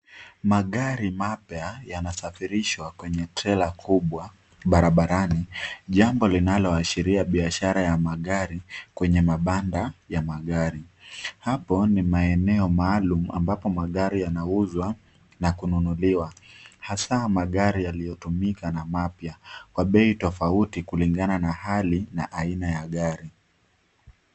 Magari mapya yanasafirishwa kwenye trela kubwa barabarani, jambo linaloashiria biashara ya magari kwenye mabanda ya magari. Hapo ni maeneo maalum ambapo magari yanauzwa na kununuliwa hasaa magari yaliyotumika na mapya kwa bei tofauti kulingana na hali na aina ya gari.